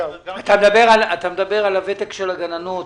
אתה מדבר על הוותק של הגננות.